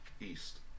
East